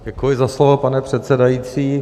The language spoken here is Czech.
Děkuji za slovo, pane předsedající.